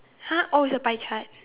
!huh! oh it's a pie chart